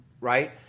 right